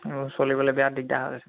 অঁ চলিবলৈ বিৰাট দিগদাৰ হৈ গৈছে